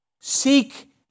seek